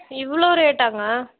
இவ்வளோ ரேட்டாங்க